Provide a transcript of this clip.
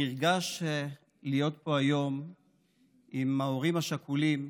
אני נרגש להיות פה היום עם ההורים השכולים,